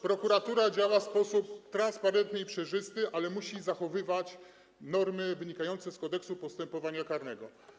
Prokuratura działa w sposób transparentny i przejrzysty, ale musi zachowywać normy wynikające z Kodeksu postępowania karnego.